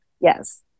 Yes